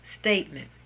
statement